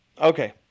Okay